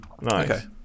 Nice